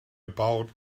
about